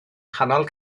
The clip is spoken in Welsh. nghanol